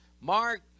Mark